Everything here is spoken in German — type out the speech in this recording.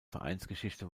vereinsgeschichte